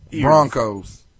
Broncos